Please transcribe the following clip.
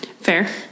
Fair